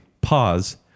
Pause